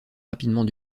rapidement